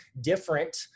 different